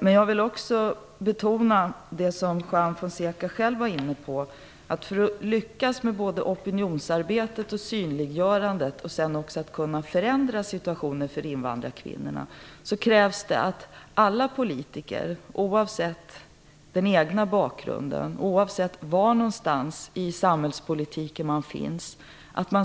Men jag vill också betona det som Juan Fonseca själv nämnde, att för att lyckas med både opinionsarbetet och synliggörandet och dessutom förändra situationen för invandrarkvinnorna, krävs det att alla politiker, oavsett den egna bakgrunden, oavsett var man befinner sig i samhällspolitiken,